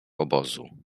obozu